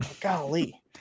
Golly